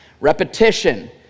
Repetition